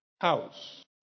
House